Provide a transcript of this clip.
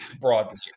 broadly